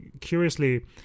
curiously